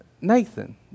Nathan